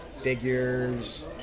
figures